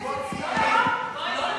זוגות צעירים, לא נכון?